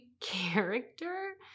character